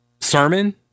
sermon